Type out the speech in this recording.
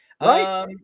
right